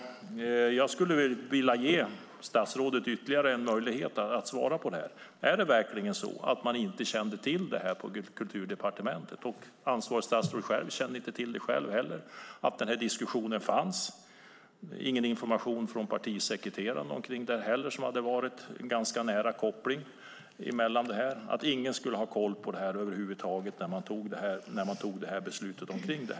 Jag vill ge statsrådet ytterligare en möjlighet att svara på detta. Kände man verkligen inte till detta på Kulturdepartementet? Ansvarigt statsråd kände alltså inte heller till den här diskussionen och hade inte fått någon information från partisekreterarna om detta, vilket hade varit en nära koppling. Hade man verkligen ingen koll på detta när man fattade beslutet?